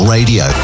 Radio